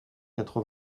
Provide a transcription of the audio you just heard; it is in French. quatre